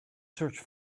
search